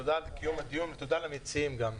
תודה על קיום הדיון, ותודה למציעים גם.